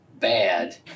Bad